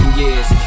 years